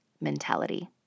mentality